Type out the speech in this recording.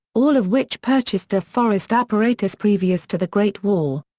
all of which purchased de forest apparatus previous to the great war.